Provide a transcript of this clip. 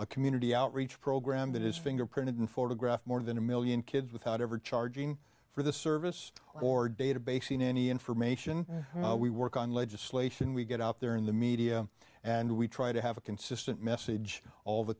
a community outreach program that is fingerprinted and photographed more than a one million kids without ever charging for the service or database in any information we work on legislation we get out there in the media and we try to have a consistent message all the